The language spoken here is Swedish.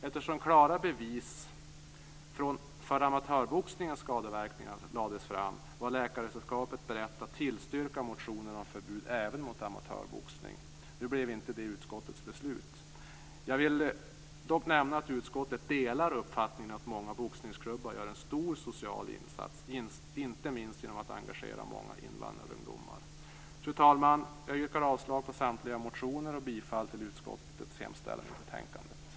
Eftersom klara bevis för amatörboxningens skadeverkningar lades fram var Läkaresällskapet berett att tillstyrka motionen om förbud även mot amatörboxning. Nu blev det inte utskottets beslut. Jag vill dock nämna att utskottet delar uppfattningen att många boxningsklubbar gör en stor social insats - inte minst genom att engagera många invandrarungdomar. Fru talman! Jag yrkar avslag på samtliga motioner och bifall till utskottets hemställan i betänkandet.